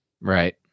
Right